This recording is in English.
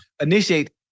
initiate